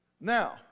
now